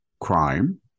crime